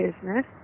business